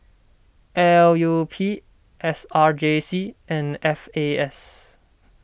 L U P S R J C and F A S